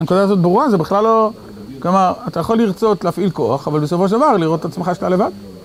הנקןדה הזאת ברורה, זה בכלל לא... כלומר, אתה יכול לרצות להפעיל כוח, אבל בסופו של דבר, לראות את עצמך שאתה לבד